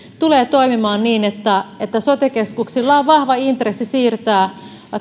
tulee toimimaan niin että että sote keskuksilla on vahva intressi siirtää